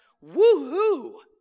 woo-hoo